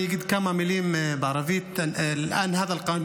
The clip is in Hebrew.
אני אגיד כמה מילים בערבית (אומר בערבית: החוק הזה עכשיו,)